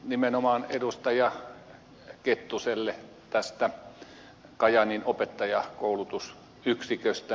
nimenomaan edustaja kettuselle kajaanin opettajankoulutusyksiköstä